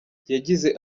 yagize